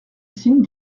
signe